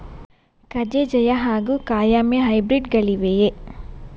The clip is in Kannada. ಕಜೆ ಜಯ ಹಾಗೂ ಕಾಯಮೆ ಹೈಬ್ರಿಡ್ ಗಳಿವೆಯೇ?